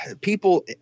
people